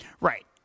Right